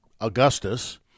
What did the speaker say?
Augustus